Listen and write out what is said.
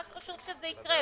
מה שחשוב הוא שזה יקרה.